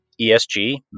ESG